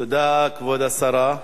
תודה, כבוד השרה.